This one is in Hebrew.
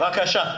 בבקשה.